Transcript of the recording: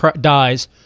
dies